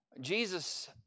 Jesus